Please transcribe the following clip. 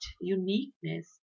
uniqueness